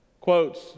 quotes